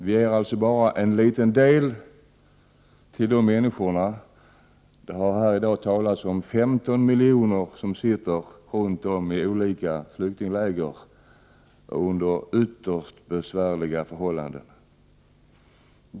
Vi ger bara en liten del till de människor, det har här i dag talats om 15 miljoner, som sitter runt om i världen i olika flyktingläger under ytterst besvärliga förhållanden.